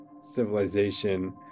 civilization